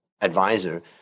advisor